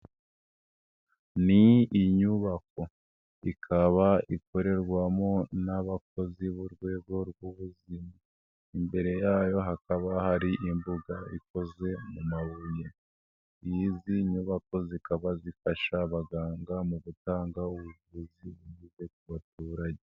Ni inyubako, ikaba ikorerwamo n'abakozi b'urwego rw'ubuzima, imbere yayo hakaba hari imbuga ikozwe mu mabuye, n'izi nyubako zikaba zifasha abaganga mu gutanga ubuvuzi bw'ibanze ku baturage.